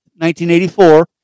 1984